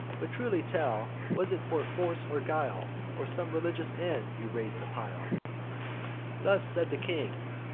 but truly tell, was it for force or guile, or some religious end, you rais'd the pile thus said the king.